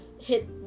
hit